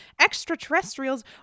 extraterrestrials